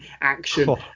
action